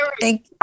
Thank